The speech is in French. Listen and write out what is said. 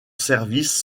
service